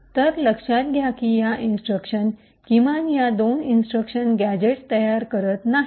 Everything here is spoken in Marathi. तर लक्षात घ्या की या इंस्ट्रक्शन किमान या दोन इंस्ट्रक्शन गॅझेट तयार करत नाहीत